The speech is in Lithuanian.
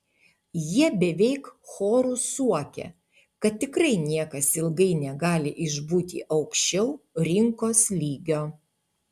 jie beveik choru suokia kad tikrai niekas ilgai negali išbūti aukščiau rinkos lygio